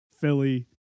Philly